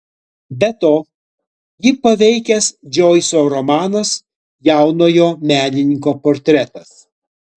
be to jį paveikęs džoiso romanas jaunojo menininko portretas